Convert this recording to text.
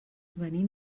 venim